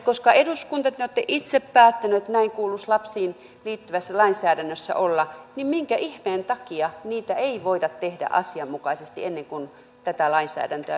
koska eduskunta te olette itse päättäneet että näin kuuluisi lapsiin liittyvässä lainsäädännössä olla niin minkä ihmeen takia niitä ei voida tehdä asianmukaisesti ennen kuin tätä lainsäädäntöä viedään eteenpäin